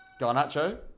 Garnacho